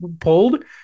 pulled